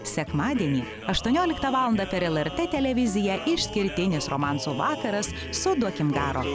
sekmadienį aštuonioliktą valandą per lrt televiziją išskirtinis romansų vakaras su duokim garo